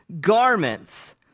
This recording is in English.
garments